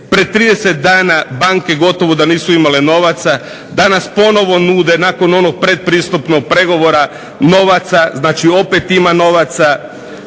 Prije 30 dana banke gotovo da nisu imale novaca, danas ponovno nude nakon onog pretpristupnog pregovora novaca, znači opet ima novaca.